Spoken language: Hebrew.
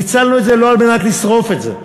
פיצלנו את זה לא על מנת לשרוף את זה.